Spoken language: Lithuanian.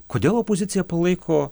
kodėl opozicija palaiko